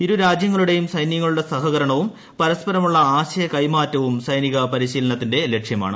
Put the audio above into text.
ഇരു രാജ്യങ്ങങ്ങളുടെയും സൈന്യങ്ങളുടെ സഹകരണവും പരസ്പരമുള്ള ആശയ കൈമാറ്റവും സൈനിക പരിശീലനത്തിന്റെ ലക്ഷ്യമാണ്